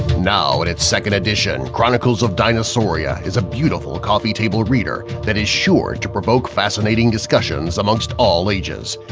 now in its second edition, chronicles of dinosauria is a beautiful coffee table reader that is sure to provoke fascinating discussions amongst all ages.